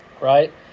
right